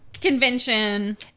Convention